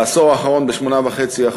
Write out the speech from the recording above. בעשור האחרון ב-8.5%,